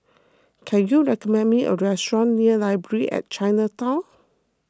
can you recommend me a restaurant near Library at Chinatown